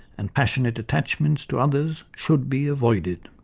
and passionate attachments to others, should be avoided'.